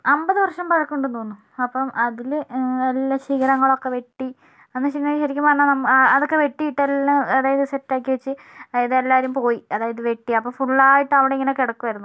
അൻപത് വർഷം പഴക്കമുണ്ടെന്നു തോന്നുന്നു അപ്പം അതിൽ എല്ലാ ശിഖരങ്ങൾ ഒക്കെ വെട്ടി അതെന്താണെന്ന് വെച്ചിട്ടുണ്ടെങ്കിൽ ശരിക്കും പറഞ്ഞാൽ അതൊക്കെ വെട്ടിയിട്ട് എല്ലാം അതായത് സെറ്റാക്കി വെച്ച് അതായത് എല്ലാവരും പോയി അതായത് വെട്ടി അപ്പോൾ ഫുൾ ആയിട്ട് അവിടെ ഇങ്ങനെ കിടക്കുമായിരുന്നു